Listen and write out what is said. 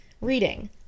reading